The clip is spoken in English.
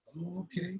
Okay